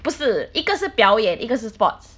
不是一个是表演一个是 sports